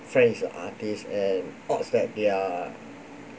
friend is an artist and odds that they're